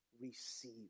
receive